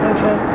Okay